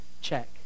check